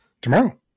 Tomorrow